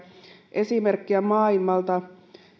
esimerkkejä maailmalta